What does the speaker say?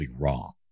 wrong